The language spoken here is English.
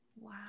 Wow